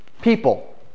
people